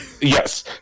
Yes